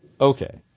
Okay